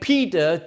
Peter